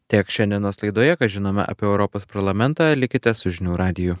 tiek šiandienos laidoje ką žinome apie europos parlamentą likite su žinių radiju